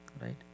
right